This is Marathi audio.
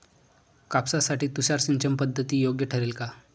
कापसासाठी तुषार सिंचनपद्धती योग्य ठरेल का?